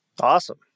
Awesome